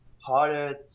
harder